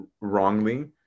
wrongly